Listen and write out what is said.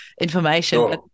information